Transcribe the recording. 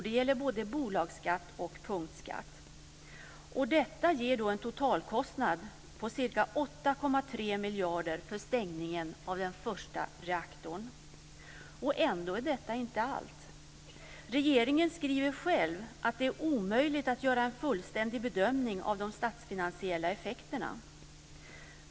Det gäller både bolagsskatt och punktskatt. Detta ger då en totalkostnad på ca 8,3 Ändå är detta inte allt. Regeringen skriver själv att det är omöjligt att göra en fullständig bedömning av de statsfinansiella effekterna.